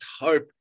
hope